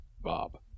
Bob